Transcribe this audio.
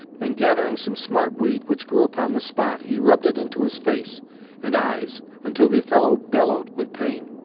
and gathering some smart-weed which grew upon the spot he rubbed it into his face and eyes until the fellow bellowed with pain.